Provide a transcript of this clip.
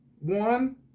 one